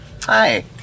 Hi